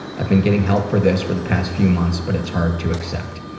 i've been getting help for this for the past few months but it's hard to accept.